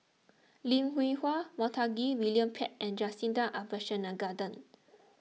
Lim Hwee Hua Montague William Pett and Jacintha Abisheganaden